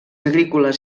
agrícoles